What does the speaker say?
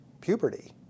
puberty